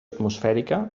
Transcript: atmosfèrica